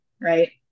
Right